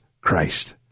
Christ